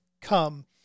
come